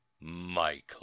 Michael